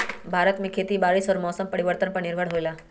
भारत में खेती बारिश और मौसम परिवर्तन पर निर्भर होयला